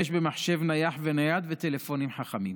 במחשב נייח ונייד ובטלפונים חכמים.